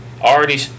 already